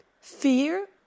fear